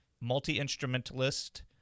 multi-instrumentalist